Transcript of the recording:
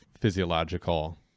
physiological